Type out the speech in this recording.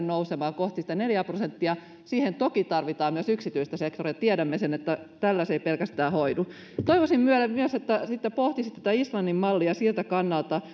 nousemaan kohti sitä neljää prosenttia siihen toki tarvitaan myös yksityistä sektoria tiedämme sen että pelkästään tällä se ei hoidu toivoisin myös että sitten pohtisitte tätä islannin mallia siltä kannalta